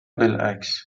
بالعکس